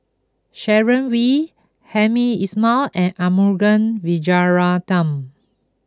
Sharon Wee Hamed Ismail and Arumugam Vijiaratnam